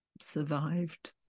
survived